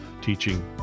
teaching